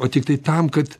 o tiktai tam kad